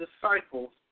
disciples